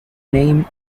name